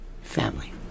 family